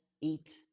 eat